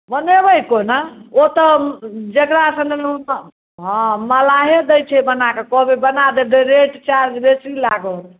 बनेबै कोना ओ तऽ जेकरा से लेलहुँ हँ मल्लाहे दय छै बनाके कहबै बना देत रेट चार्ज बेसी लागत